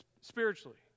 spiritually